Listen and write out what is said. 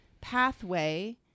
pathway